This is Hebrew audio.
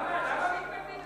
למה מתנגדים בוועדת שרים?